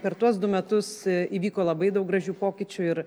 per tuos du metus įvyko labai daug gražių pokyčių ir